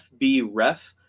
FBREF